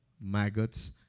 Maggots